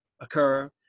occur